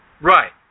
Right